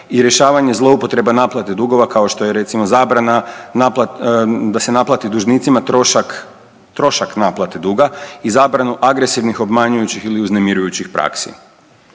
i rješavanje zloupotreba naplate dugova kao što je recimo, zabrana da se naplati dužnicima trošak naplate duga i zabranu agresivnih, obmanjujućih ili uznemirujućih praksi.